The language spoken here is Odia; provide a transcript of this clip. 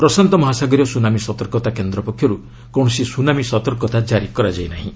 ପ୍ରଶାନ୍ତ ମହାସାଗରୀୟ ସୁନାମୀ ସତର୍କତା କେନ୍ଦ୍ର ପକ୍ଷରୁ କୌଣସି ସୁନାମୀ ସତର୍କତା କାରି କରାଯାଇ ନାହିଁ